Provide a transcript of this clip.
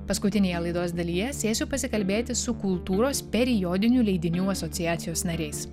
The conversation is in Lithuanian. paskutinėje laidos dalyje sėsiu pasikalbėti su kultūros periodinių leidinių asociacijos nariais